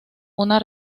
una